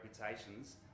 reputations